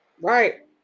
right